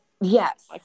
Yes